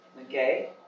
okay